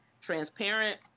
transparent